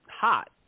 hot